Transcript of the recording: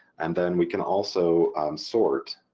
and then we can also sort